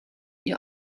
ihr